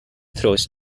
throws